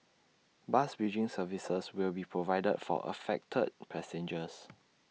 bus bridging services will be provided for affected passengers